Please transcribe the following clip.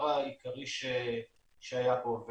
הדבר העיקרי שהיה פה.